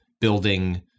building